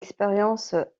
expériences